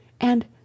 And